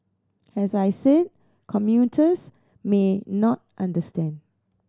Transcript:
as I said commuters may not understand